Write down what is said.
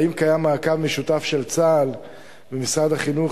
האם קיים מעקב משותף של צה"ל ומשרד החינוך